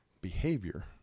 behavior